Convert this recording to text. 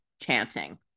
chanting